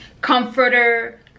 comforter